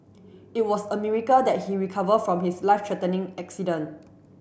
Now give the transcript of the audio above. it was a miracle that he recover from his life threatening accident